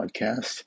podcast